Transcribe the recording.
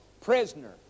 prisoner